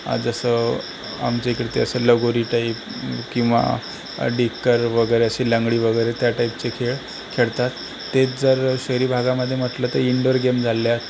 जसं आमच्या इकडे तसं लगोरी टाईप किंवा डिक्कर वगैरे असे लंगडी वगैरे त्या टाईपचे खेळ खेळतात तेच जर शहरी भागामध्ये म्हटलं तर इनडोअर गेम झालेले आहे